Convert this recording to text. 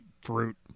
fruit